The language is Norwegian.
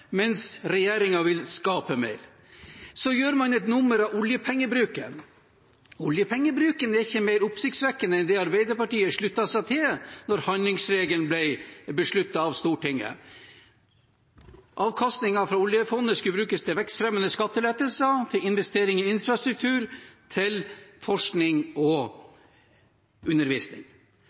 mens regjeringen vil skape mer. Så gjør man et nummer av oljepengebruken. Oljepengebruken er ikke mer oppsiktsvekkende enn det som Arbeiderpartiet sluttet seg til da handlingsregelen ble besluttet av Stortinget. Avkastningen fra oljefondet skulle brukes til vekstfremmende skattelettelser, til investering i infrastruktur, til forskning og til undervisning.